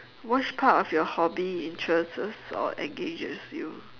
which part of your hobby interests or engages you